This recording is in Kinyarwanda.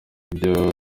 byo